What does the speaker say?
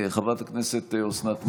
חברת הכנסת אוסנת מארק,